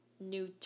new